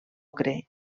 ocre